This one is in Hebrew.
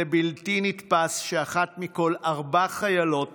זה בלתי נתפס שאחת מכל ארבע חיילות